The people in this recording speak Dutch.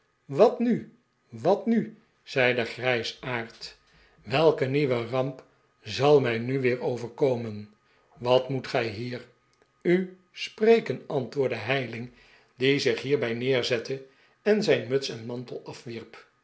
wat nu wat nu zei de grijsaard welke nieuwe ramp zal mij nu weer overkomen wat moet gij hier u spreken antwoordde heyling die zich hierbij neerzette en zijn muts en mantel afwierp